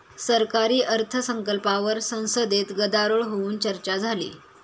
सरकारी अर्थसंकल्पावर संसदेत गदारोळ होऊन चर्चा झाली